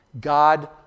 God